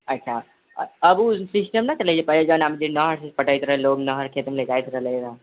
अच्छा अब ओ सिस्टम नहि चलै छै पहिने जेना नहर पटबैत रहै लोक नहर खेतमे लए जाइतत रहलै हँ